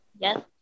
Yes